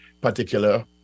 particular